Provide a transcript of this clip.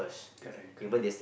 correct correct